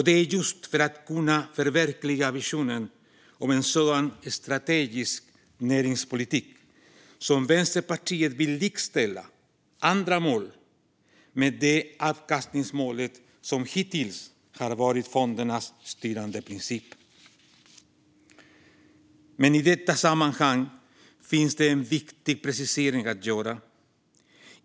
Det är just för att kunna förverkliga visionen om en sådan strategisk näringspolitik som Vänsterpartiet vill likställa andra mål med det avkastningsmål som hittills har varit fondernas styrande princip. I detta sammanhang finns det en viktig precisering att göra.